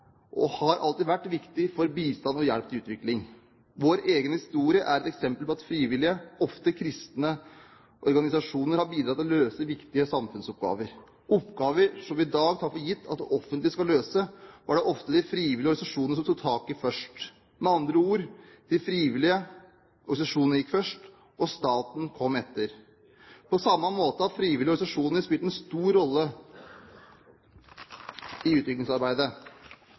og har alltid vært viktig for bistand og hjelp til utvikling. Vår egen historie er et eksempel på at frivillige, ofte kristne organisasjoner, har bidratt til å løse viktige samfunnsoppgaver. Oppgaver som vi i dag tar for gitt at det offentlige skal løse, var det ofte de frivillige organisasjonene som tok tak i først. Med andre ord, de frivillige organisasjonene gikk først, og staten kom etter. På samme måten har frivillige organisasjoner spilt en stor rolle i